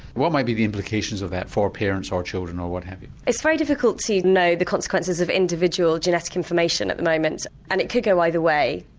what might be the implications of that for parents, or children, or what have you? it's very difficult to know the consequences of individual genetic information at the moment and it could go either way.